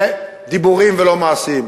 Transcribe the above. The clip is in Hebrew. ודיבורים ולא מעשים.